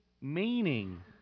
meaning